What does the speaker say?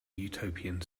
utopian